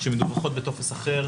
שמדווחות בטופס אחר,